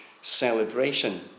celebration